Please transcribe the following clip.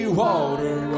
water